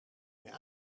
meer